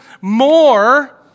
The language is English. more